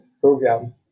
program